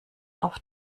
auf